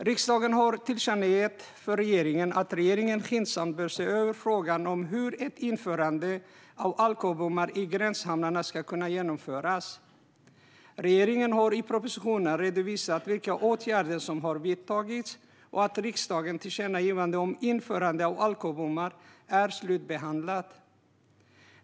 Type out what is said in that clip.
Riksdagen har tillkännagett för regeringen att regeringen skyndsamt bör se över frågan om hur ett införande av alkobommar i gränshamnarna ska kunna genomföras. Regeringen har i propositionen redovisat vilka åtgärder som har vidtagits och att riksdagens tillkännagivande om införande av alkobommar är slutbehandlat.